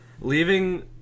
Leaving